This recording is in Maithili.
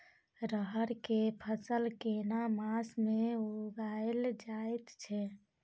रहर के फसल केना मास में उगायल जायत छै?